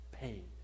pain